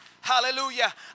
Hallelujah